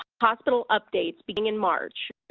hospital updates beginning in march.